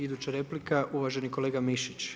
Iduća replika uvaženi kolega Mišić.